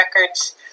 records